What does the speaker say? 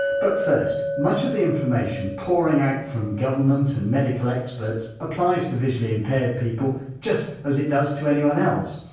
but first, must of the information pouring out from government and medical experts applies to visually impaired people just as it does to anyone else.